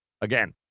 Again